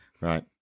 right